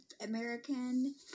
American